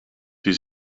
die